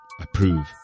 approve